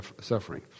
suffering